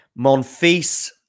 Monfils